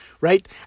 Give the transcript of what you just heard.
right